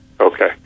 Okay